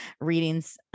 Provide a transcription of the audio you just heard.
readings